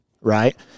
Right